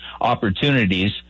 opportunities